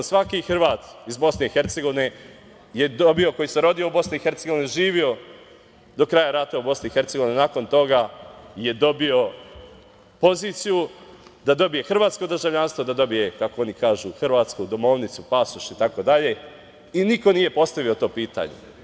Svaki Hrvat iz BiH je dobio, koji se rodio u BiH, živeo do kraja rata u BiH, poziciju da dobije hrvatsko državljanstvo, da dobije, kako oni kažu, hrvatsku domovnicu, pasoš itd. i niko nije postavio to pitanje.